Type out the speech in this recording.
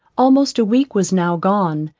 almost a week was now gone,